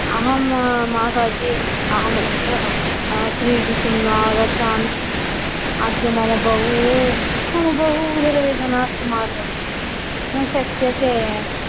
अहं माताजि अहम् अद्य क्रीडितुं नागच्चामि अद्य मम बहु बहु बहु उदरवेदना अस्ति माताजि न शक्यते